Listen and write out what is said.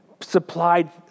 supplied